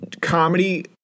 comedy